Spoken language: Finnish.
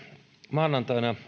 maanantaina